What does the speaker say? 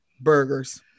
Burgers